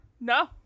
no